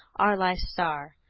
our life's star,